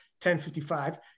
1055